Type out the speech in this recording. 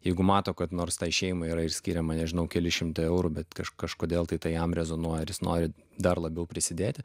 jeigu mato kad nors tai šeimai yra ir išskiriama nežinau keli šimtai eurų bet kaž kažkodėl tai jam rezonuoja ir jūs norite dar labiau prisidėti